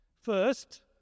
First